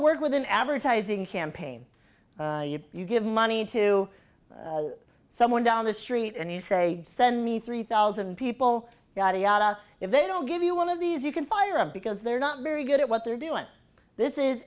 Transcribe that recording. work with an advertising campaign you give money to someone down the street and you say send me three thousand people yada yada if they don't give you one of these you can fire them because they're not very good at what they're doing this is